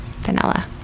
vanilla